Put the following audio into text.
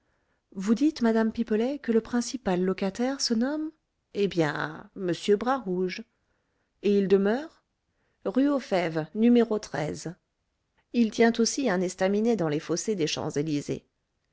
vous dites madame pipelet que le principal locataire se nomme eh bien m bras rouge et il demeure rue aux fèves n il tient aussi un estaminet dans les fossés des